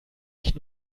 ich